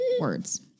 words